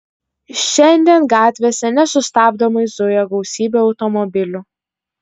šiandien gatvėse nesustabdomai zuja gausybė automobilių